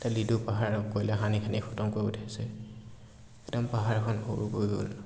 এতিয়া লিডু পাহাৰ কয়লা খান্দি খান্দি খতম কৰি একদম পাহাৰখন সৰু গৈ গ'ল